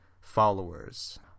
followers